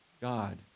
God